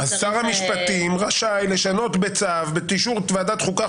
--- אז שר המשפטים רשאי לשנות בצו באישור ועדת חוקה,